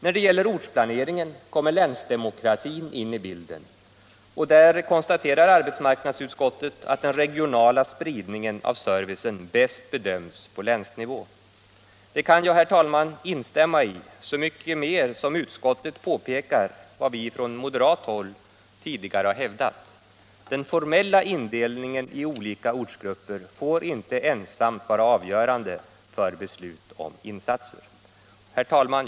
När det gäller ortsplaneringen kommer länsdemokratin in i bilden, och där konstaterar arbetsmarknadsutskottet att den regionala spridningen av servicen bäst bedöms på länsnivå. Det kan jag, herr talman, instämma i så mycket mer som utskottet påpekar vad vi från moderat håll tidigare hävdat: Den formella indelningen i olika ortsgrupper får inte vara ensamt avgörande för beslut om insatser. Herr talman!